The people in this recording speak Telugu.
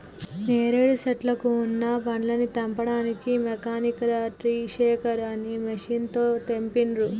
నేరేడు శెట్లకు వున్న పండ్లని తెంపడానికి మెకానికల్ ట్రీ షేకర్ అనే మెషిన్ తో తెంపిండ్రు